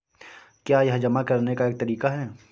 क्या यह जमा करने का एक तरीका है?